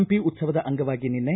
ಹಂಪಿ ಉತ್ಸವದ ಅಂಗವಾಗಿ ನಿನ್ನೆ